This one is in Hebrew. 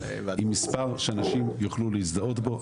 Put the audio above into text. עם מספר שאנשים יוכלו להזדהות בו.